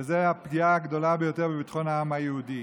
וזו הפגיעה הגדולה ביותר בביטחון העם היהודי.